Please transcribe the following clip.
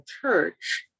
church